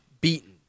beaten